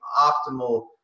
optimal